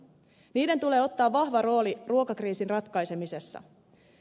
niiden tulee ottaa vahva rooli ruokakriisin ratkaisemisessa